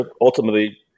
ultimately